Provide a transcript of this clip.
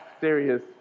serious